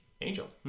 Angel